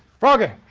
froggy.